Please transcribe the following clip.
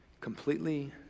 completely